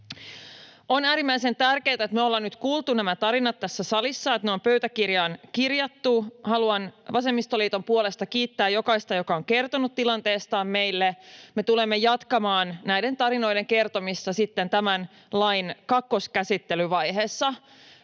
On tärkeää, että olemme nyt kuulleet nämä tarinat tässä salissa ja ne on pöytäkirjaan kirjattu. Haluan vasemmistoliiton puolesta kiittää jokaista, joka on kertonut tilanteestaan meille. Me tulemme jatkamaan näiden tarinoiden kertomista sitten tämän lain kakkoskäsittelyvaiheessa